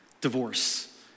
divorce